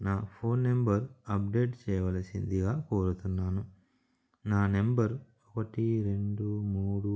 నా phone number update చేయవలసిందిగా కోరుతున్నాను నా నెంబర్ ఒకటి రెండు మూడు